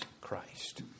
Christ